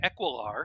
Equilar